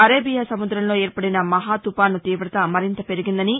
Arabia సముద్రంలో ఏర్పడిన మహో తుపాను తీవత మరింత పెరిగిందని